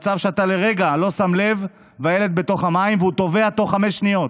מצב שאתה לרגע לא שם לב והילד בתוך המים והוא טובע תוך חמש שניות.